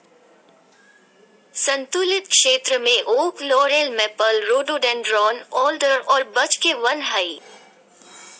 सन्तुलित क्षेत्र में oak, laurel, maple, rhododendron, alder और बर्च के वन हइ